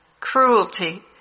cruelty